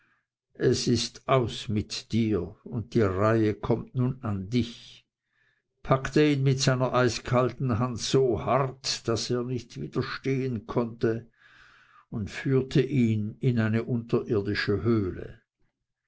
es ist aus mit dir und die reihe kommt nun an dich packte ihn mit seiner eiskalten hand so hart daß er nicht widerstehen konnte und führte ihn in eine unterirdische höhle